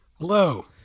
Hello